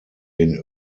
den